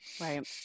Right